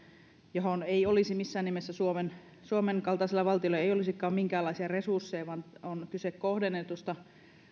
johon ei missään nimessä suomen suomen kaltaisella valtiolla olisikaan minkäänlaisia resursseja vaan on kyse kohdennetusta